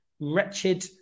wretched